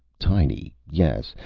tiny, yes,